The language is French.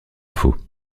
faut